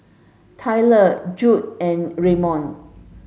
Tayler Judd and Redmond